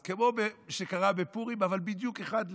אז כמו שקרה בפורים, בדיוק אחד לאחד: